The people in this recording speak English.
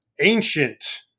ancient